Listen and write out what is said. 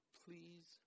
please